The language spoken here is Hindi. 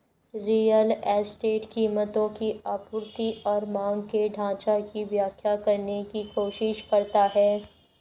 रियल एस्टेट कीमतों की आपूर्ति और मांग के ढाँचा की व्याख्या करने की कोशिश करता है